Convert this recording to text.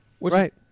Right